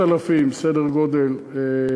סדר גודל של 3,000,